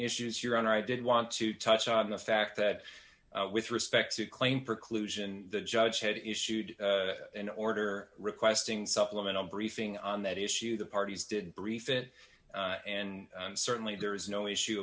issues your honor i did want to touch on the fact that with respect to claim preclusion the judge had issued an order requesting supplemental briefing on that issue the parties did brief it and certainly there is no issue